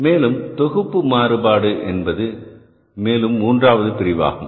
மேலும் தொகுப்பு மாறுபாடு என்பது மேலும் 3 உப பிரிவுகள் ஆகும்